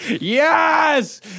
Yes